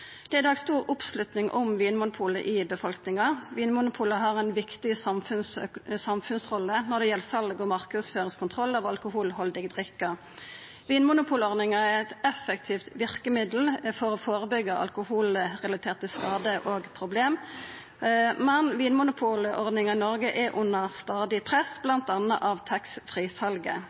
er i dag stor oppslutning om Vinmonopolet i folket. Vinmonopolet har ei viktig samfunnsrolle når det gjeld sal og marknadsføringskontroll av alkoholhaldige drikkar. Vinmonopol-ordninga er eit effektiv verkemiddel for å førebyggja alkoholrelaterte skader og problem, men Vinmonopol-ordninga i Noreg er under stadig press, bl.a. av